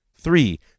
Three